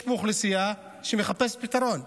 יש פה אוכלוסייה שמחפשת פתרון.